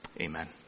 Amen